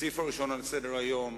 הסעיף הראשון על סדר-היום